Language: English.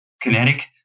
kinetic